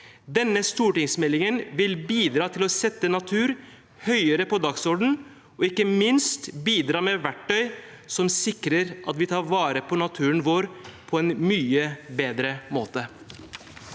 Denne stortingsmeldingen vil bidra til å sette natur høyere på dagsordenen og ikke minst bidra med verktøy som sikrer at vi tar vare på naturen vår på en mye bedre måte.